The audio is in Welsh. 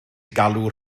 galw